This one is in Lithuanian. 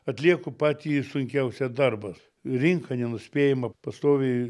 atlieku patį sunkiausią darbą rinka nenuspėjama pastoviai